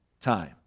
time